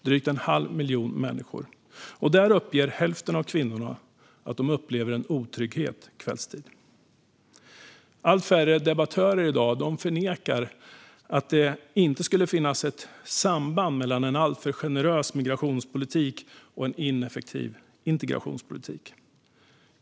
Hälften av kvinnorna där uppger att de upplever otrygghet kvällstid. Allt färre debattörer förnekar i dag att det finns ett samband mellan en alltför generös migrationspolitik och en ineffektiv integrationspolitik.